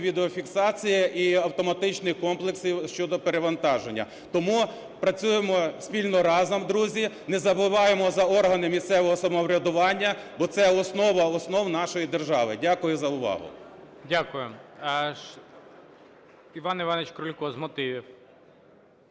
відеофіксації і автоматичних комплексів щодо перевантаження. Тому працюємо спільно, разом, друзі. Не забуваємо за органи місцевого самоврядування, бо це основа основ нашої держави. Дякую за увагу. ГОЛОВУЮЧИЙ. Дякую. Іван Іванович Крулько з мотивів.